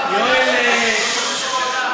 יואל, חוסר ההבנה שלך,